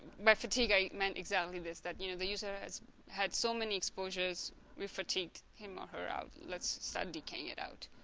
by fatigue i meant exactly this that you know the user has had so many exposures we fatigue him or her out let's start decaying it out